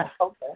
Okay